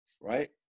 right